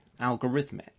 algorithmic